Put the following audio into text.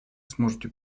сможете